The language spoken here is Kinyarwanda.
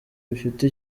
bifite